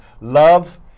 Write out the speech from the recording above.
love